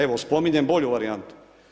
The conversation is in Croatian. Evo spominjem bolju varijantu.